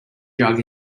jug